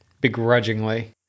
Begrudgingly